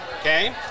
Okay